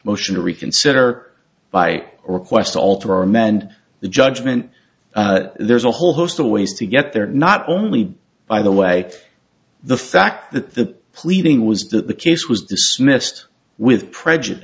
motion to reconsider by request to alter or amend the judgment there's a whole host of ways to get there not only by the way the fact that the pleading was that the case was dismissed with prejudice